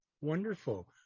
Wonderful